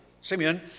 Simeon